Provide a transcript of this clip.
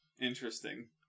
interesting